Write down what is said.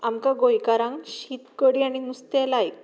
आमकां गोंयकारांक शीत कडी आनी नुस्तें लायक